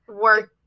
work